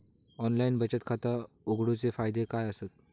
Online बचत खाता उघडूचे फायदे काय आसत?